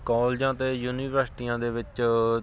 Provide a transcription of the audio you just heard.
ਕੋਲਜਾਂ ਅਤੇ ਯੂਨੀਵਰਸਿਟੀਆਂ ਦੇ ਵਿੱਚ